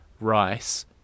rice